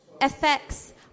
affects